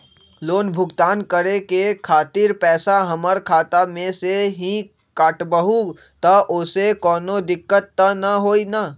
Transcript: Loan भुगतान करे के खातिर पैसा हमर खाता में से ही काटबहु त ओसे कौनो दिक्कत त न होई न?